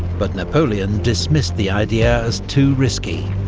but napoleon dismissed the idea as too risky,